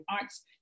Arts